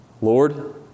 Lord